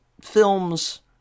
films